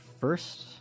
first